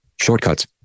Shortcuts